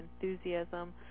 enthusiasm